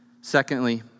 Secondly